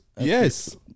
Yes